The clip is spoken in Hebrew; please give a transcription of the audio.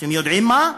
אתם יודעים מה?